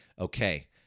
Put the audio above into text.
okay